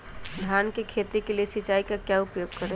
धान की खेती के लिए सिंचाई का क्या उपयोग करें?